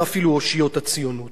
הממשלה הזאת של היום,